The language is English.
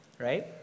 right